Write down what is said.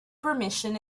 permission